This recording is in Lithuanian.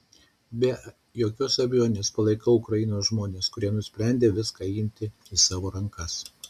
be jokios abejonės palaikau ukrainos žmones kurie nusprendė viską imti į savo rankas